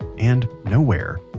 and nowhere,